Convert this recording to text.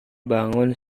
bangun